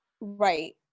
Right